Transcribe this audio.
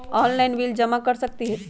Online bill जमा कर सकती ह?